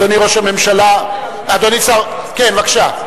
כן, בבקשה.